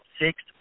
six